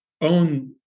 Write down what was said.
own